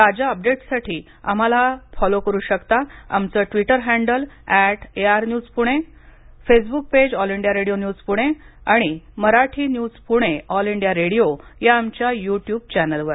ताज्या अपडेट्ससाठी आपण आम्हाला फॉलो करु शकता आमचं Twitter handle at AIR news Pune Facebook page all India radio news Pune आणि Marathi news Pune all India radio या आमच्या युट्युब चॅनेलवर